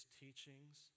teachings